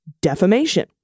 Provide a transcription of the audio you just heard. defamation